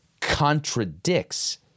contradicts